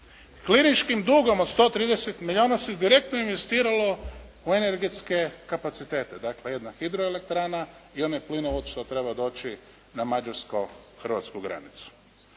Klirinškim dugom od 130 milijuna se direktno investiralo u energetske kapacitete, dakle jedna hidroelektrana i onaj plinovod što treba doći na mađarsko-hrvatsku granicu.